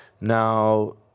Now